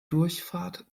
durchfahrt